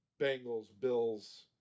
Bengals-Bills